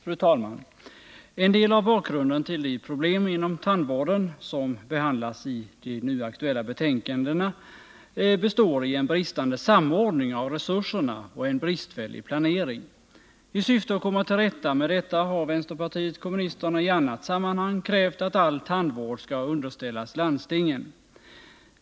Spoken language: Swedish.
Fru talman! En del av bakgrunden till de problem inom tandvården som behandlas i de nu aktuella betänkandena består i en bristande samordning av resurserna och en bristfällig planering. I syfte att komma till rätta med detta har vänsterpartiet kommunisterna i annat sammanhang krävt att all tandvård skall underställas landstingen.